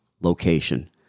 location